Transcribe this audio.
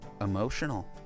emotional